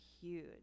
huge